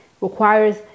requires